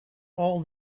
all